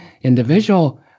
individual